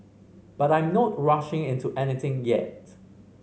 but I'm not rushing into anything yet